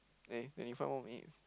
eh twenty five more minutes